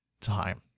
time